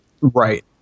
right